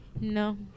No